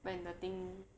when the thing